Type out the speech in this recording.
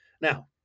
Now